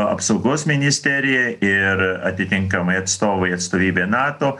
apsaugos ministerija ir atitinkamai atstovai atstovybė nato